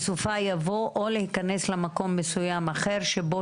בסופה יבוא "או להיכנס למקום מסוים אחר שבו